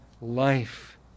life